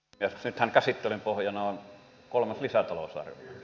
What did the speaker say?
nythän käsittelyn pohjana on kolmas lisätalousarvio